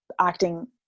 acting